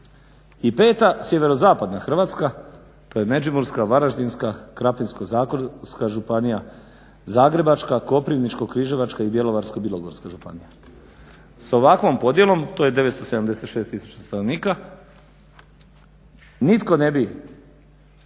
I peta, sjeverozapadna Hrvatska to je Međimurska, Varaždinska, Krapinsko-zagorska županije, Zagrebačka, Koprivničko-križevačka i Bjelovarsko-bilogorska županija. Sa ovakvom podjelom to je 976000 stanovnika nitko ne bi,